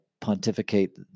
pontificate